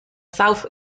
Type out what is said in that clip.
south